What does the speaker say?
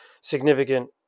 significant